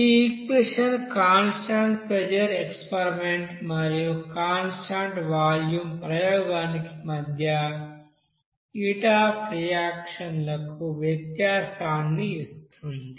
ఈ equation constant pressure experiment మరియు constant volume ప్రయోగానికి మధ్య హీట్ అఫ్ రియాక్షన్ లకు వ్యత్యాసాన్ని ఇస్తుంది